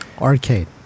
Arcade